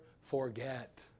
forget